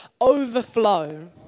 overflow